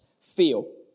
feel